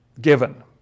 given